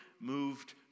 moved